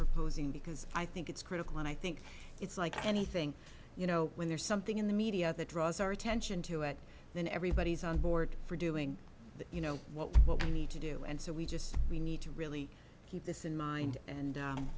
proposing because i think it's critical and i think it's like anything you know when there's something in the media that draws our attention to it then everybody's on board for doing that you know what we need to do and so we just we need to really keep this in mind and